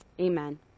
Amen